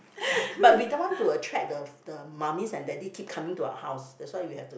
but would be the one to attract the the mommy and daddy keep coming to our house that's why we have to